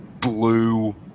blue